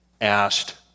asked